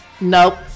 Nope